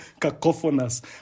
cacophonous